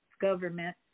government